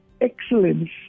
excellence